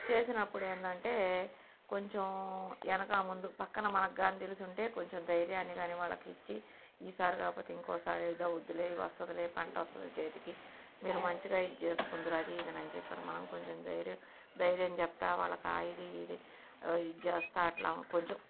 చేసినప్పుడు ఏంటంటే కొంచెం వెనకా ముందు ప్రక్కన మనకు కానీ తెలిసి ఉంటే కొంచెం ధైర్యాన్ని కానీ వాళ్ళకి ఇచ్చి ఈసారి కాకపోతే ఇంకొకసారి అది అవుద్దిలే వస్తుందిలే పంట వస్తుంది చేతికి మీరు మంచిగా ఇది చేసుకొందురు అది ఇది అని చెప్పి మనం కొంచెం ధైర్యం ధైర్యం చెప్తూ వాళ్ళకి ఆ ఇది ఇది ఇది చేస్తూ అట్లా కొంచెం